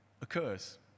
occurs